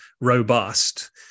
robust